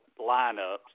lineups